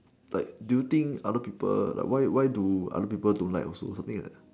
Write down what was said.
like do you think other people why why do other people don't like also something like that